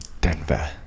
Denver